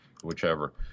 whichever